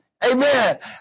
Amen